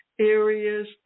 areas